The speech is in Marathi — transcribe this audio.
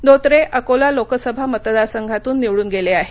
धोत्रे अकोला लोकसभा मतदारसंघातून निवडून गेले आहेत